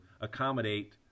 accommodate